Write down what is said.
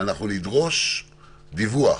-- אנחנו נדרוש דיווח.